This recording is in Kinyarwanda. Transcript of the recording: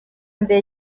mbere